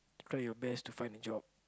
try your best to find a job